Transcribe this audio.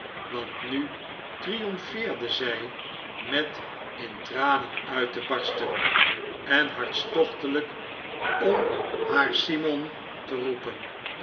want nu tnomfeerde zij met in tranen uit te barsten en hartstochtdijk om haar simon te roepen